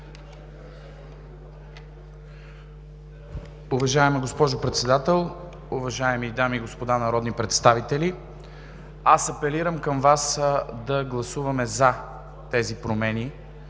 Уважаема госпожо Председател, уважаеми дами и господа народни представители, апелирам към Вас да гласуваме „за“ тези промени